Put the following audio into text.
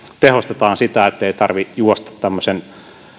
tehostetaan sitä että ei tarvitse juosta tämmöisen